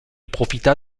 profita